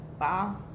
Wow